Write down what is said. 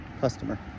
customer